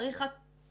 צריך רק תוכנית,